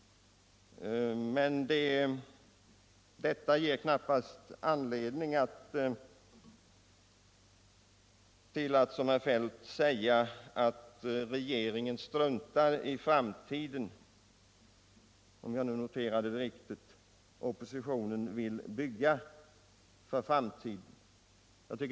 Men detta ger knappast anledning för herr Feldt att säga att regeringen struntar i framtiden medan oppositionen vill bygga för framtiden.